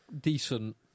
decent